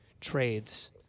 trades